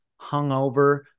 hungover